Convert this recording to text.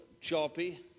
choppy